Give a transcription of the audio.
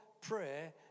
prayer